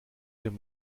dem